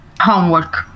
Homework